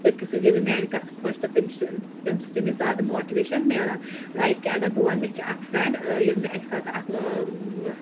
تۄہہِ کِتھ کٔٹھۍ گٔیوٕ میٛانہِ کَتھٕ خۄش تہٕ تِم چھِ تَمہِ سۭتۍ تٔمِس زیادٕ ماٹِویشَن میلان لایِک کہِ اَگر بہٕ وَنہٕ مےٚ چھِ اَکھ فرٛٮ۪نٛڈ ییٚلہِ مےٚ اَکہِ ساتہٕ اَکھ